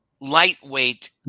lightweight